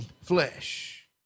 flesh